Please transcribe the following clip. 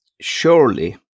Surely